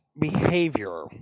behavior